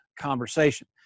conversation